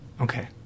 okay